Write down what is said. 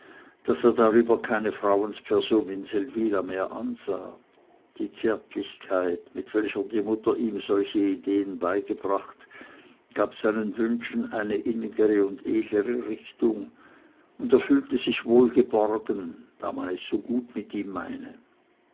daß er darüber keine frauensperson in seldwyla mehr ansah die zärtlichkeit mit welcher die mutter ihm solche ideen beigebracht gab seinen wünschen eine innigere und edlere richtung und er fühlte sich wohlgeborgen da man es so gut mit ihm meine